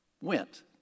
went